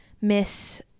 miss